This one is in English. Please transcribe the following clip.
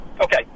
Okay